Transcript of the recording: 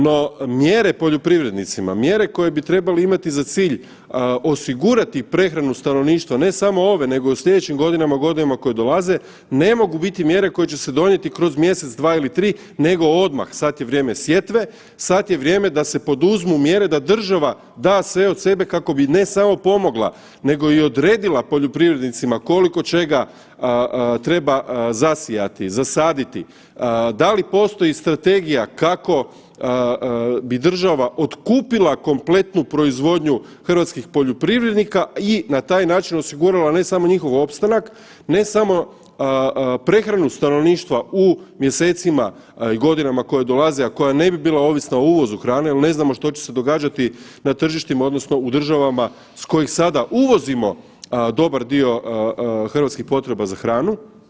No, mjere poljoprivrednicima, mjere koje bi trebale imati za cilj osigurati prehranu stanovništva ne samo ove nego i u slijedećim godinama, godinama koje dolaze ne mogu biti mjere koje će se donijeti kroz mjesec, dva ili tri nego odmah, sad je vrijeme sjetve, sad je vrijeme da se poduzmu mjere da država da sve od sebe kako bi ne samo pomogla nego i odredila poljoprivrednicima koliko čega treba zasijati, zasaditi, da li postoji strategija kako bi država otkupila kompletnu proizvodnju hrvatskih poljoprivrednika i na taj način osigurala ne samo njihov opstanak, ne samo prehranu stanovništva u mjesecima i godinama koje dolaze, a koja ne bi bila ovisna o uvozu hrane jer ne znamo što će se događati na tržištima odnosno u državama s kojih sada uvozimo dobar dio hrvatskih potreba za hranu.